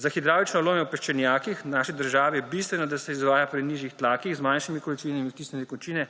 Za hidravlično lomljenje v peščenjakih je v naši državi bistveno, da izvaja pri nižjih tlakih z manjšimi količinami iztisnjene količine